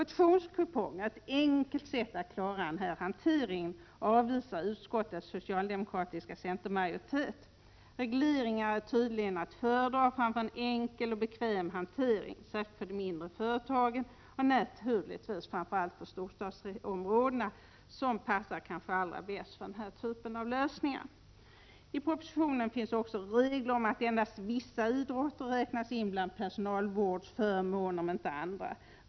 Motionskuponger — ett enkelt sätt att klara den här hanteringen — avvisar utskottets socialdemokratiska och centerpartistiska majoritet. Regleringar är tydligen att föredra framför en hantering som skulle vara enkel och bekväm, särskilt för de mindre företagen och naturligtvis framför allt i storstadsområdena, som kanske passar allra bäst för den här typen av lösningar. I propositionen finns också regler om att endast vissa idrotter räknas in bland personalvårdsförmåner.